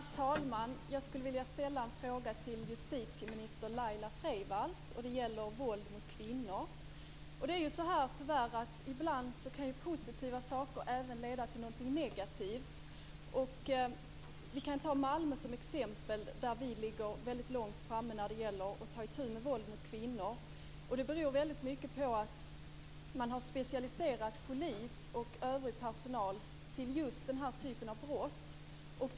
Herr talman! Jag skulle vilja ställa en fråga till justitieminister Laila Freivalds. Det gäller våld mot kvinnor. Ibland kan, tyvärr, positiva saker även leda till någonting negativt. Vi kan ta Malmö som exempel. Där ligger vi väldigt långt framme när det gäller att ta itu med våld mot kvinnor. Det beror mycket på att man har specialiserat polis och övrig personal på att ta itu med just den här typen av brott.